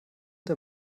der